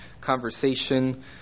conversation